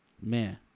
man